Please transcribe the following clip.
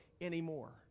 anymore